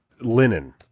Linen